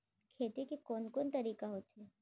खेती के कोन कोन तरीका होथे?